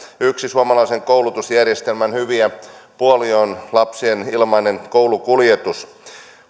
yksi suomalaisen koulutusjärjestelmän hyviä puolia on lapsien ilmainen koulukuljetus